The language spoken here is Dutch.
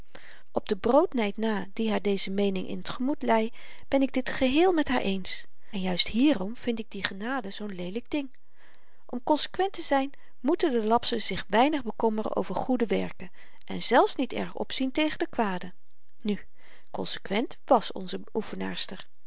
op den broodnyd na die haar deze meening in t gemoed lei ben ik dit geheel met haar eens en juist hierom vind ik die genade zoo'n leelyk ding om konsekwent te zyn moeten de lapsen zich weinig bekommeren over goede werken en zelfs niet erg opzien tegen de kwade nu konsekwent wàs onze oefenaarster